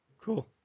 Cool